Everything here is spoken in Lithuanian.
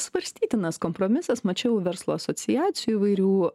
svarstytinas kompromisas mačiau verslo asociacijų įvairių